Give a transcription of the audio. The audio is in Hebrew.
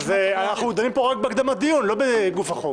אנחנו דנים פה רק בהקדמת הדיון, לא בגוף החוק.